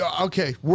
okay